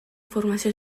formació